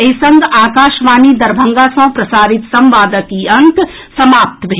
एहि संग आकाशवाणी दरभंगा सँ प्रसारित संवादक ई अंक समाप्त भेल